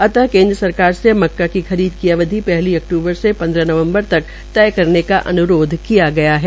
अत केन्द्र सरकार से मक्का की खरीद की अवधि पहली अक्तूबर से पन्द्रह नवंम्बर तक तय करने का अन्रोध किया गया है